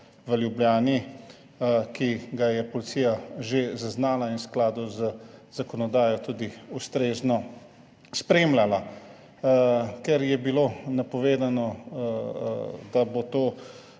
v Ljubljani, ki ga je policija že zaznala in v skladu z zakonodajo tudi ustrezno spremljala. Ker je bilo napovedano, da bo na